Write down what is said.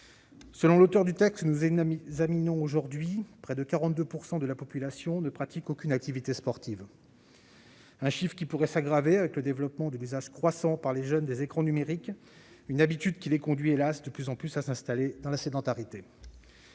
Selon l'auteur du texte que nous examinons aujourd'hui, près de 42 % de la population ne pratique aucune activité physique. Ce chiffre pourrait s'aggraver avec le développement croissant de l'usage par les jeunes des écrans numériques, habitude qui, hélas ! les conduit de plus en plus à s'installer dans la sédentarité.